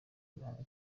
guhanga